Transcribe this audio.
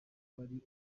wari